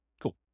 Cool